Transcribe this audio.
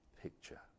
picture